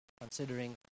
considering